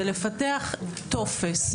זה לפתח טופס.